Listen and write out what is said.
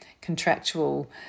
contractual